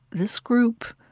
this group